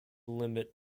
limit